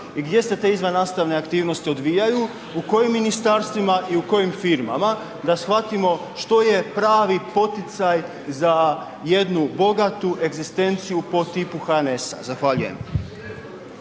gdje se te izvannastavne aktivnosti odvijaju u kojim ministarstvima i u kojim firmama da shvatimo što je pravi poticaj za jednu bogatu egzistenciju po tipu HNS-a. Zahvaljujem.